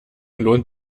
lohnt